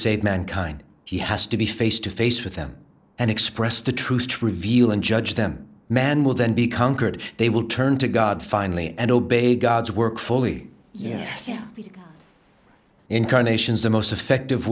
save mankind he has to be face to face with them and express the truth to reveal and judge them men will then be conquered they will turn to god finally and obey god's work fully yet incarnations the most effective